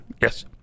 Yes